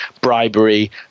bribery